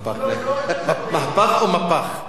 מהפך או מפח?